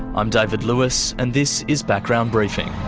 i'm david lewis and this is background briefing.